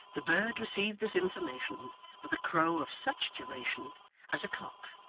the bird received this information with a crow of such duration as a cock,